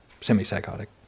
semi-psychotic